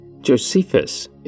Josephus